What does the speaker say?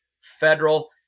federal